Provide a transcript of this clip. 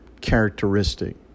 characteristic